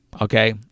Okay